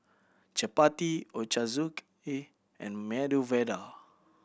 Chapati Ochazuke and Medu Vada